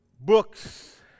books